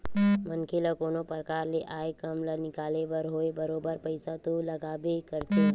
मनखे ल कोनो परकार ले आय काम ल निकाले बर होवय बरोबर पइसा तो लागबे करथे